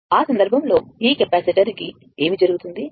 కాబట్టి ఆ సందర్భంలో ఈ కెపాసిటర్ కి ఏమి జరుగుతుంది